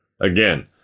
Again